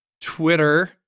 Twitter